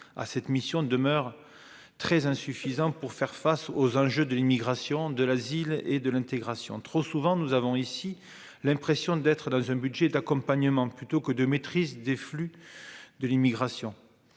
à cette mission demeure très insuffisante pour faire face aux enjeux de l'immigration de l'asile et de l'intégration, trop souvent, nous avons ici l'impression d'être dans un budget d'accompagnement de plutôt que de maîtrise des flux de l'immigration